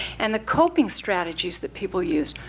and the coping strategies that people use,